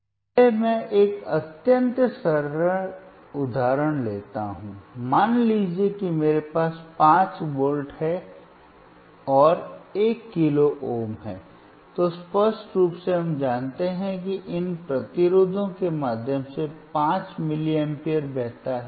पहले मैं एक अत्यंत सरल उदाहरण लेता हूं मान लीजिए कि मेरे पास 5 वोल्ट और 1 किलो ओम है तो स्पष्ट रूप से हम जानते हैं कि इन प्रतिरोधों के माध्यम से 5 मिलीएम्प बहता है